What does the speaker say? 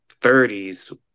30s